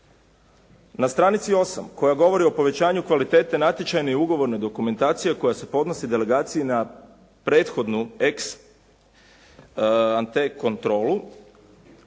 Na stranici 8 koja govori o povećanju kvalitete natječajne i ugovorne dokumentacije koja se podnosi delegaciji na prethodnu ex ante kontrolu